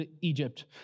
Egypt